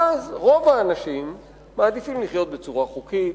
ואז רוב האנשים מעדיפים לחיות בצורה חוקית,